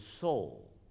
soul